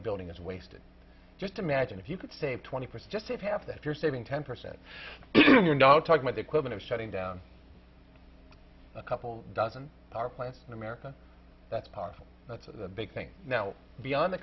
a building is wasted just imagine if you could save twenty percent just save half that you're saving ten percent you're now talking with the equipment of shutting down a couple dozen power plants in america that's part of that's the big thing now beyond the